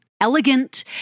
Elegant